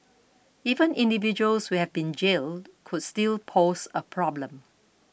even individuals who have been jailed could still pose a problem